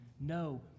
no